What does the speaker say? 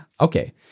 Okay